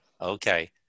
okay